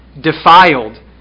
defiled